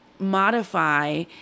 modify